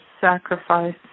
sacrifice